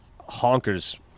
honkers